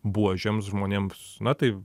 buožėms žmonėms na tai